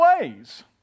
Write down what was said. ways